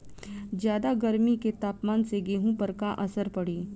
ज्यादा गर्मी के तापमान से गेहूँ पर का असर पड़ी?